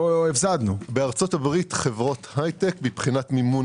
בארצות הברית חברות הייטק מבחינת מימון